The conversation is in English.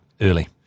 early